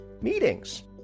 meetings